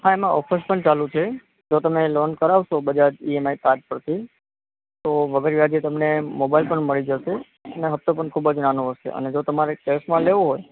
હા એમાં ઓફર પણ ચાલું છે જો તમે લોન કરાવશો Bajaj E M I card પરથી તો વગર વ્યાજે તમને મોબાઈલ પણ મળી જશે અને હપ્તો પણ ખૂબ જ નાનો હશે અને જો તમારે કૅશમાં લેવો હોય